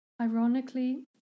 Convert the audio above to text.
Ironically